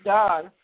God